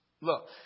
Look